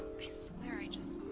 i swear i just